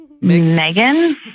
Megan